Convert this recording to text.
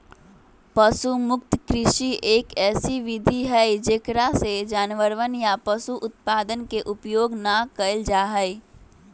पशु मुक्त कृषि, एक ऐसी विधि हई जेकरा में जानवरवन या पशु उत्पादन के उपयोग ना कइल जाहई